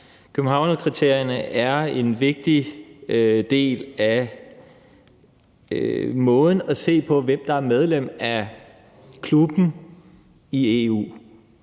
Københavnskriterierne er en vigtig del af måden at se på, hvem der er medlem af klubben, EU.